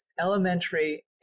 elementary